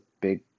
big